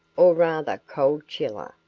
or rather cold chiller.